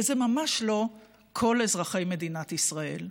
וזה ממש לא כל אזרחי מדינת ישראל.